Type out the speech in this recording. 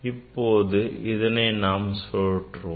இப்போது இதனை நாம் சுழற்றுவோம்